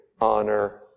honor